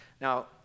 Now